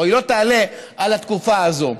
או לא תעלה התקופה הזאת.